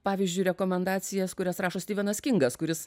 pavyzdžiui rekomendacijas kurias rašo stivenas kingas kuris